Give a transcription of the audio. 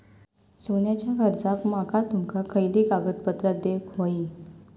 सोन्याच्या कर्जाक माका तुमका खयली कागदपत्रा देऊक व्हयी?